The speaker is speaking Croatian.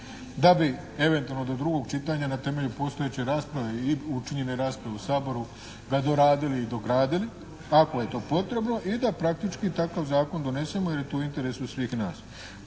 da bi eventualno do drugog čitanja na temelju postojeće rasprave i učinjene rasprave u Saboru ga doradili i dogradili, ako je to potrebno. I da praktički takav zakon donesemo jer je to u interesu svih nas.